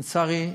לצערי,